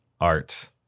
art